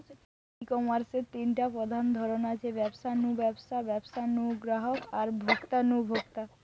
ই কমার্সের তিনটা প্রধান ধরন আছে, ব্যবসা নু ব্যবসা, ব্যবসা নু গ্রাহক আর ভোক্তা নু ভোক্তা